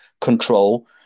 control